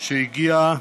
שהגיע.